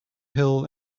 hill